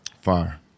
Fire